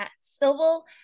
civil